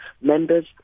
members